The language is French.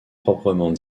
proprement